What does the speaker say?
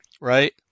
right